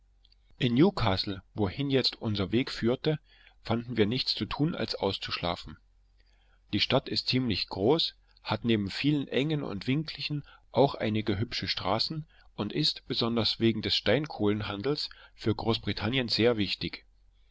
in newcastle wohin uns jetzt unser weg führte fanden wir nichts zu tun als auszuschlafen die stadt ist ziemlich groß hat neben vielen engen und winkligen auch einige hübsche straßen und ist besonders wegen des steinkohlenhandels für großbritannien sehr wichtig